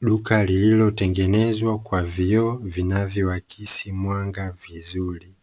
Duka lililotengenezwa kwa vioo vinavyoakisi mwanga vizuri.